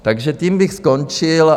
Takže tím bych skončil.